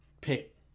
pick